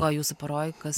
o jūsų poroj kas